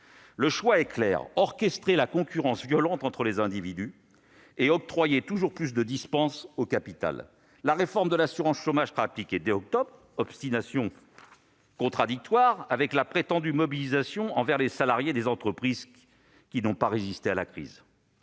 Le choix est clair : orchestrer la concurrence violente entre les individus et octroyer toujours plus de dispenses au capital. La réforme de l'assurance chômage sera appliquée dès octobre prochain, une marque d'obstination contradictoire avec la prétendue mobilisation pour les salariés des entreprises n'ayant pas résisté à la crise.